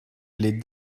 les